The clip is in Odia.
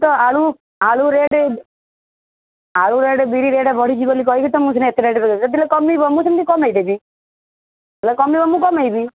ତ ଆଳୁ ଆଳୁ ରେଟ୍ ଆଳୁ ରେଟ୍ ବିରି ରେଟ୍ ବଢ଼ିଛି ବୋଲି କି କହିକି ତ ମୁଁ ଦିନେ ଏତେ ରେଟ୍ ଯେତେବେଳେ କମିବ ମୁଁ ସେମତି କମେଇଦେବି ଯେତେବେଳେ କମିବ ମୁଁ କମେଇବି